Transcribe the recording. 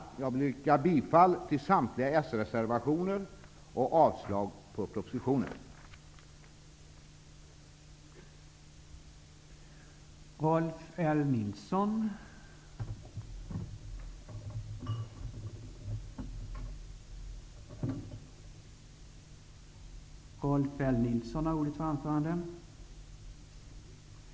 Jag vill yrka bifall till samtliga sreservationer och avslag på propositionens förslag.